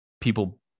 people